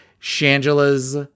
Shangela's